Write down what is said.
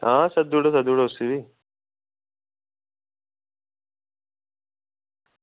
आं सद्धी ओड़ो उसी गी बी